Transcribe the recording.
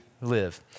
live